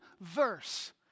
verse